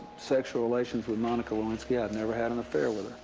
sexual relations with monica lewinsky, i've never had an affair with her.